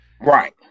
right